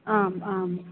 आम् आम्